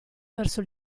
verso